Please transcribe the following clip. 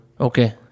Okay